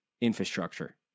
infrastructure